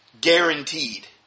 Guaranteed